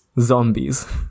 zombies